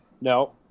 No